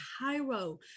Cairo